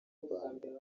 rwanda